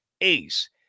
ace